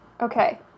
Okay